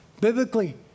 Biblically